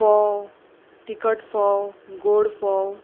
फोव तीखट फोव गोड फोव